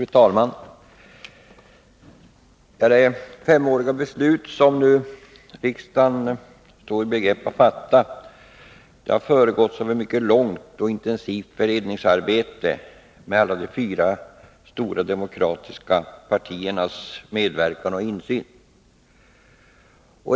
Fru talman! Det femårsbeslut som riksdagen nu står i begrepp att fatta har föregåtts av ett mycket långt och intensivt beredningsarbete med alla de fyra stora demokratiska partiernas medverkan och insyn.